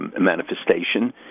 manifestation